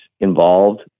involved